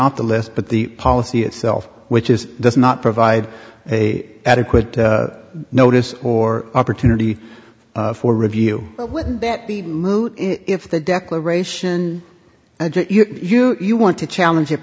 off the list but the policy itself which is does not provide a adequate notice or opportunity for review would that be moot if the declaration you you want to challenge it